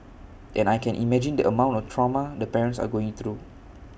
and I can imagine the amount of trauma the parents are going through